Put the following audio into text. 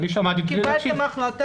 קיבלתם החלטה.